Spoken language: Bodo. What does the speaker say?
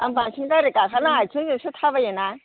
आं बांसिन गारि गाखोआना आइथिंजोंसो थाबायो ना